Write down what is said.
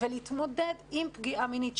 ולהתמודד עם פגיעה מינית,